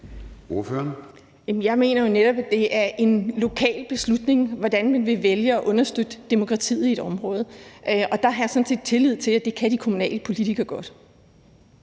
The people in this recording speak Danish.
Jeg mener jo netop, at det er en lokal beslutning, hvordan man vælger at understøtte demokratiet i et område, og der har jeg sådan set tillid til, at det kan de kommunale politikere godt